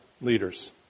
leaders